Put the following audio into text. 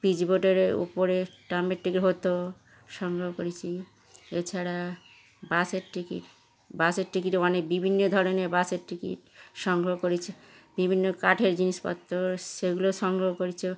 পিজবোর্ডের উপরে ট্রামের টিকিট হতো সংগ্রহ করেছি এছাড়া বাসের টিকিট বাসের টিকিটে অনেক বিভিন্ন ধরনের বাসের টিকিট সংগ্রহ করেছি বিভিন্ন কাঠের জিনিসপত্র সেগুলো সংগ্রহ করেছি ও